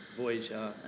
Voyager